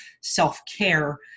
self-care